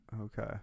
Okay